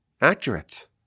accurate